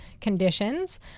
conditions